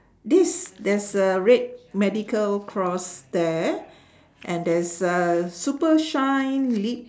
this there's a red medical cross there and there's a super shine lips